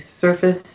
surface